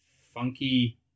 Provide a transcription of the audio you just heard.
funky